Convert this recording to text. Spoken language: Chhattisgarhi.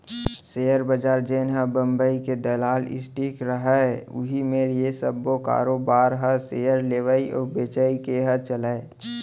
सेयर बजार जेनहा बंबई के दलाल स्टीक रहय उही मेर ये सब्बो कारोबार ह सेयर लेवई अउ बेचई के ह चलय